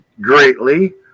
greatly